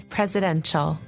Presidential